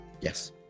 yes